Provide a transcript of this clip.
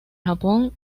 japón